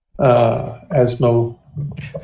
Asmo